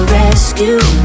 rescue